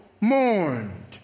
mourned